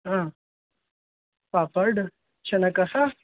हा पापाड् शनकः